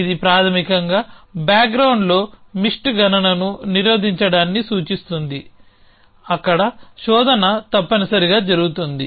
ఇది ప్రాథమికంగా బ్యాక్గ్రౌండ్లో మిస్ట్ గణనను నిరోధించడాన్ని సూచిస్తుంది అక్కడ శోధన తప్పనిసరిగా జరుగుతుంది